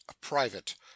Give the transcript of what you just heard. private